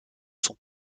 son